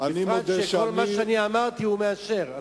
בפרט שכל מה שאמרתי הוא מאשר.